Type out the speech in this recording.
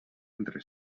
entre